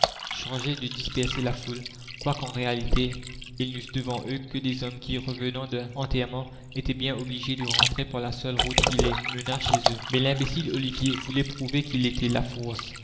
chargés de disperser la foule quoique en réalité ils n'eussent devant eux que des hommes qui revenant d'un enterrement étaient bien obligés de rentrer par la seule route qui les menât chez eux la commune mais l'imbécile ollivier voulait prouver qu'il était la